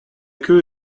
queue